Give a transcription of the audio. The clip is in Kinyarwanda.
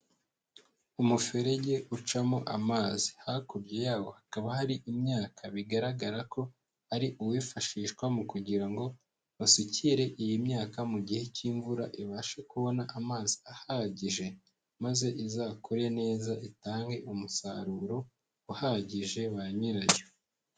Umuferege ucamo amazi, hakurya yawo hakaba hari imyaka bigaragara ko hari uwifashishwa mu kugira ngo basukire iyi myaka mu gihe cy'imvura ibashe kubona amazi ahagije, maze izakure neza itange umusaruro uhagije ba nyirayo.